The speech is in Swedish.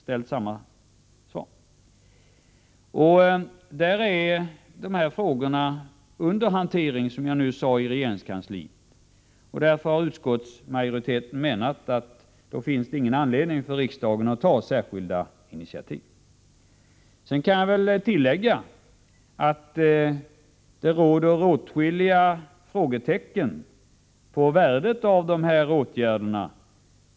Dessa frågor är, som jag nyss sade, under hantering i regeringskansliet, och därför har utskottsmajoriteten ansett att det inte finns någon anledning för riksdagen att ta särskilda initiativ. Sedan kan jag väl tillägga att det finns åtskilliga frågetecken beträffande värdet av dessa åtgärder.